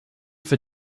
for